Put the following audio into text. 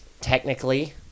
Technically